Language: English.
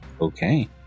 okay